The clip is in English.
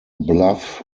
bluff